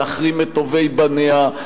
להחרים את טובי בניה,